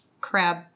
crab